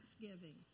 thanksgiving